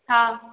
हाँ